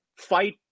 fight